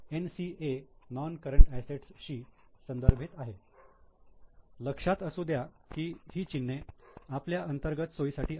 NCA non current asset शी संदर्भित आहे लक्षात असू द्या की ही चिन्हे आपल्या अंतर्गत सोयीसाठी आहेत